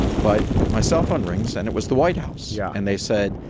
but my cell phone rings. and it was the white house. yeah. and they said,